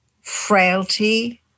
frailty